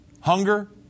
hunger